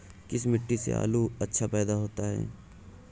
किस मिट्टी में आलू अच्छा पैदा होता है?